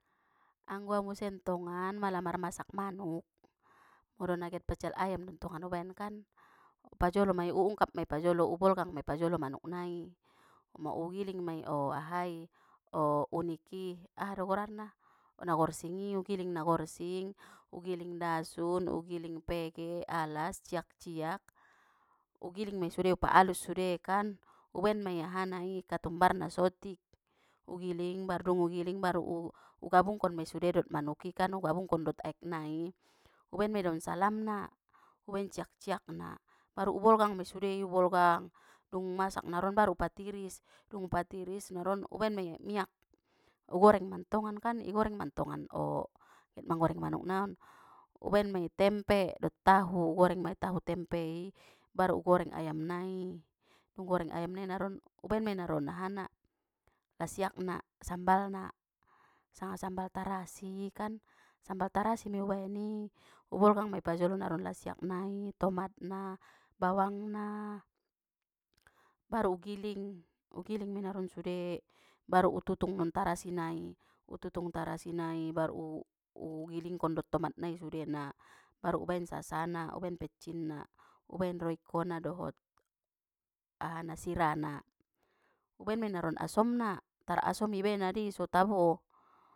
Anggo au musen tongan mala marmasak manuk, molo na get pecal ayam dontongan ubaen kan pajolo mai u ungkap mei pajolo u bolgang mei pajolo manuk nai mo-ugiling mai o aha i o unik i aha do gorarna na gorsing i ugiling na gorsing ugiling dasun ugiling pege alas ciakciak ugiling mei sude upaalus sude kan u baen aha na i katumbarna sotik ugiling bar dung ugiling baru u gabungkon mei sude dot manuk i kan ugabungkon dot aek nai ubaen mai daun salam na ubaen ciakciak na baru ubolgang mei sude i ubolgang dung masak naron baru u patiris dung u patiris naron ubaen ma ia imiak ugoreng mantongan kan igoreng mantongan o get manggoreng manuk naon u baen mai tempedot tahu goreng mai tahu tempe i baru ugoreng ayam nai u goreng ayam nai naron ubaen mei naron aha na lasiakna sambalna sanga sambal tarasi kan sambal tarasi mei ubaen i ubolgang mei pajolo naron lasiak nai tomat na bawang na, baru ugiling ugiling mei naron sude baru ututung non tarasi nai ututung tarasi nai baru u-ugilingkon dot tomat nai sude na ubaen sasana ubaen petcin na ubaen royco na dohot aha na sirana ubaen manaron asomna tar asom ibaen adi so tabo.